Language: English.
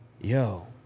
Yo